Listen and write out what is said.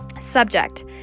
subject